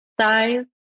size